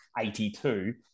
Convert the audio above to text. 82